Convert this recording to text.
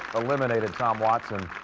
eliminated tom watson